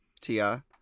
Tia